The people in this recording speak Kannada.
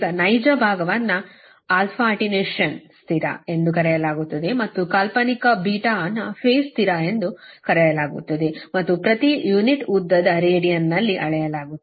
ಈಗ ನೈಜ ಭಾಗವನ್ನು ಅಟೆನ್ಯೂಯೇಷನ್ ಸ್ಥಿರಎಂದು ಕರೆಯಲಾಗುತ್ತದೆ ಮತ್ತು ಕಾಲ್ಪನಿಕ β ಅನ್ನು ಪೇಸ್ ಸ್ಥಿರ ಎಂದು ಕರೆಯಲಾಗುತ್ತದೆ ಮತ್ತು ಪ್ರತಿ ಯುನಿಟ್ ಉದ್ದದ ರೇಡಿಯನ್ನಲ್ಲಿ ಅಳೆಯಲಾಗುತ್ತದೆ